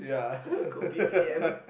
yeah